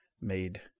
made